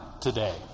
today